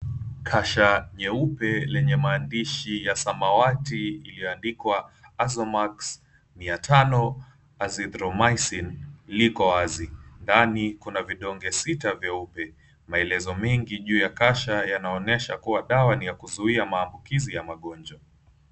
Kasha nyeupe lenye maandishi ya samawati iliyoandikwa Azomax mia tano na Zipromycin liko wazi, ndani kuna vidonge sita vyeupe, maelezo mengi juu ya kasha yanaonyesha kuwa dawa ni ya kuzuia maambukizi ya magonjwa.